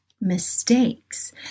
mistakes